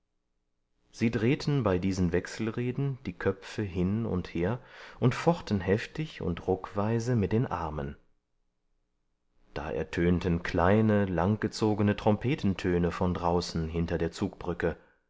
sie drehten bei diesen wechselreden die köpfe hin und her und fochten heftig und ruckweise mit den armen da tönten kleine langgezogene trompetentöne von draußen hinter der zugbrücke